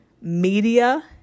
media